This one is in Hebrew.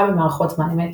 תמיכה במערכות זמן אמת,